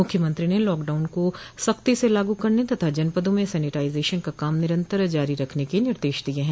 मुख्यमंत्री ने लॉकडाउन को सख्ती से लागू करने तथा जनपदों में सैनिटाइजेशन का काम निरन्तर जारी रखने के निर्देश दिये हैं